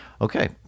okay